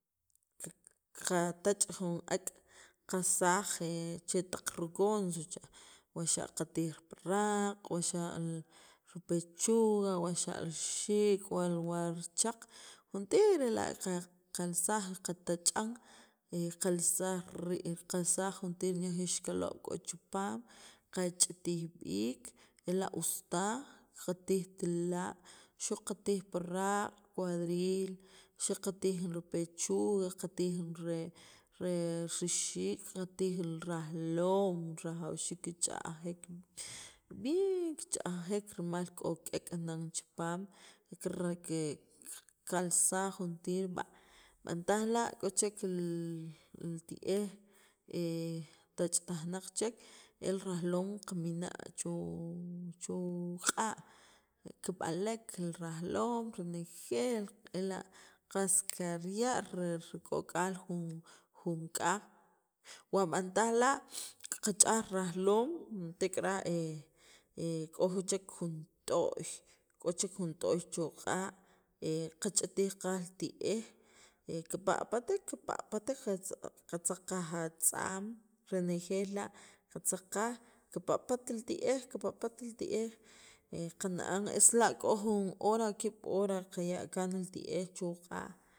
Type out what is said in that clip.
qa qatach' jun ak' kalsaj cha taq rigonso cha wa xa' qatij pi raaq' wa ripechuga wa wa xa' rixiik' warchaq juntir ela' kalsaj katach'an ela' qakalsaj qatach'an kalsaj renejeel li ixkaloob' k'o chipaam kach'itij b'iik ela' us taj qatijt la' xu' qatij piraaq' piraq', cuadril, qatij jun ripechuga, qatij jun re rixiik, qatij jun rajloom rajawxiik kich'ajek bien kich'ajek rimal k'o k'eek' nan chipam kalsaj juntir va b'antaj la' k'o chek li ti'ej tach'taj naq chek e rajloom qamina' chu' chu' q'a' kib'alek renjeel ela' qas kirya' rik'ok'al jun k'aj o b'antaj la' qach'aj rajloom tek'ara' k'o jun t'o'y chu' q'a' qach't'ij qaj li ti'ej kipaq'patek kipaq'pat qatzaq qaj atz'aam renejeel la' qatzaq qaj kipaq'pat li ti'ej kipaq'pat li ti'ej es la k'o jun hora o ki'ab' hora qaya' kaan li ti'ej chu' q'a'